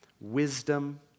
wisdom